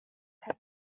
had